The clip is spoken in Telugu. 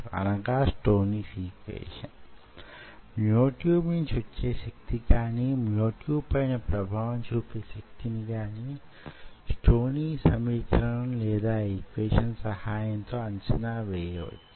మ్యో ట్యూబ్ నుండి వచ్చే శక్తి కానీ మ్యో ట్యూబ్ పై న ప్రభావం చూపే శక్తిని గాని స్టోనీ సమీకరణం లేదా ఈక్వెషన్ సహాయంతో అంచనా వేయవచ్చు